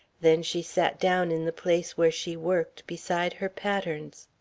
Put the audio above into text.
then she sat down in the place where she worked, beside her patterns.